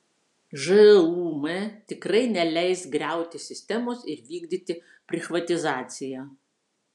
žūm tikrai neleis griauti sistemos ir vykdyti prichvatizaciją